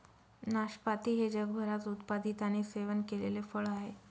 नाशपाती हे जगभरात उत्पादित आणि सेवन केलेले फळ आहे